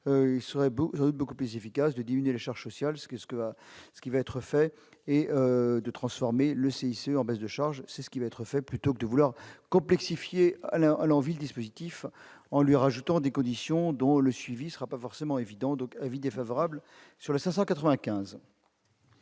jeu beaucoup plus efficace de diminuer les cherche sociale ce qui ce qui va ce qui va être fait et de transformer le CICE en baisses de charges, c'est ce qui va être fait, plutôt que de vouloir complexifié alors à l'envi le dispositif en lui rajoutant des conditions dont le suivi sera pas forcément évident, donc avis défavorable sur les 595.